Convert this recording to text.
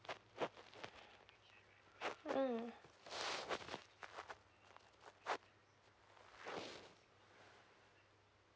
mm